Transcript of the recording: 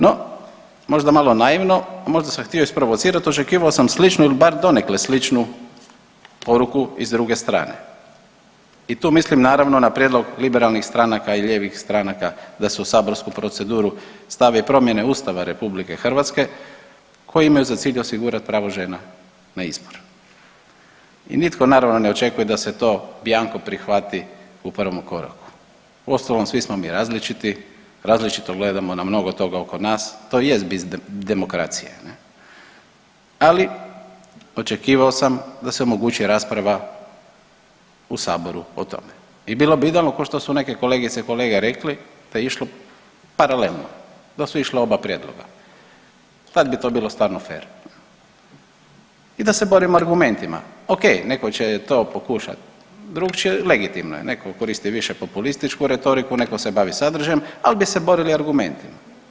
No možda malo naivno, možda sam htio isprovocirat, očekivao sam sličnu ili bar donekle sličnu poruku iz druge strane i tu mislim naravno na prijedlog liberalnih stranaka i lijevih stranaka da se u saborsku proceduru stave promjene Ustava RH koje imaju za cilj osigurat pravo žena na izbor i nitko naravno ne očekuje da se to bjanko prihvati u prvom koraku, uostalom svi smo mi različiti, različito gledamo na mnogo toga oko nas, to jest bit demokracije ne, ali očekivao sam da se omogući rasprava u saboru o tome i bilo bi idealno košto su neke kolegice i kolege rekli da je išlo paralelno, da su išla oba prijedloga, tad bi to bilo stvarno fer i da se borimo argumentima, okej, neko će to pokušat drukčije, legitimno je, neko koristi više populističku retoriku, neko se bavi sadržajem, al bi se borili argumentima.